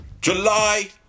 july